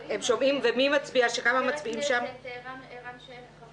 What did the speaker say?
מינוי הוועדות המיוחדות מחליפה הוועדה המסדרת את ועדת